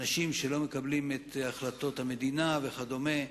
אנשים שלא מקבלים את החלטות המדינה וכדומה.